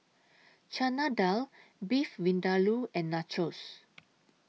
Chana Dal Beef Vindaloo and Nachos